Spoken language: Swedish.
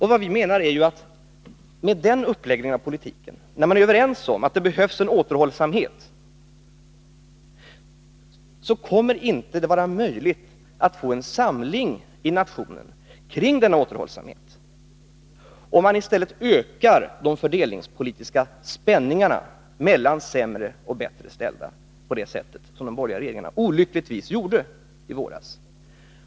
Även om man är överens om att det behövs en återhållsamhet, kommer det inte att vara möjligt att få en samling i nationen kring denna återhållsamhet, om man ökar de fördelningspolitiska spänningarna mellan sämre och bättre ställda på det sätt som den borgerliga regeringen olyckligtvis gjorde i våras.